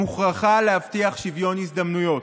מוכרחה להבטיח שוויון הזדמנויות.